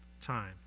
time